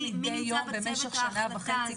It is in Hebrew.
מי נמצא בצוות ההחלטה הזה?